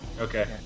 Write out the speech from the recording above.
Okay